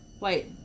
Wait